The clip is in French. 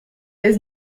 est